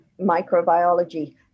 microbiology